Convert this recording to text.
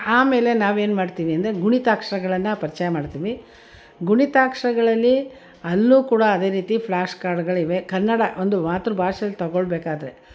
ಆಮೇಲೆ ನಾವು ಏನು ಮಾಡ್ತೀವಿ ಅಂದರೆ ಗುಣಿತಾಕ್ಷರಗಳನ್ನು ಪರಿಚಯ ಮಾಡ್ತೀವಿ ಗುಣಿತಾಕ್ಷರಗಳಲ್ಲಿ ಅಲ್ಲೂ ಕೂಡ ಅದೇ ರೀತಿ ಫ್ಲ್ಯಾಶ್ ಕಾರ್ಡ್ಗಳಿವೆ ಕನ್ನಡ ಒಂದು ಮಾತೃ ಭಾಷೆಲಿ ತಗೊಳ್ಬೇಕಾದ್ರೆ